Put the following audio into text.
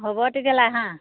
হ'ব তেতিয়াহ'লে আহাঁ